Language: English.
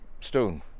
stone